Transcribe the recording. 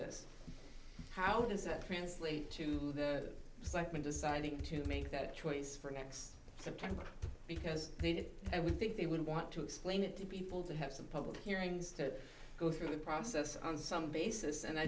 this how does that translate to the siteman deciding to make that choice for next september because it i would think they would want to explain it to people to have some public hearings to go through the process on some basis and i